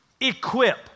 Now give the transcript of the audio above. equip